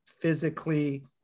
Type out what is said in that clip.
physically